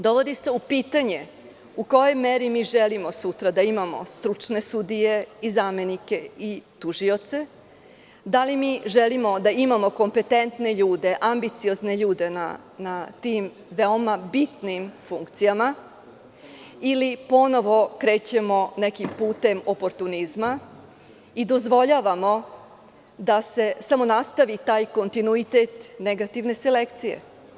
Dovodi se u pitanje u kojoj meri mi želimo sutra da imamo stručne sudije i zamenike i tužioce, da li mi želimo da imamo kompetentne ljude, ambiciozne ljude na tim veoma bitnim funkcijama ili ponovo krećemo nekim putem oportunizma i dozvoljavamo da se samo nastavi taj kontinuitet negativne selekcije.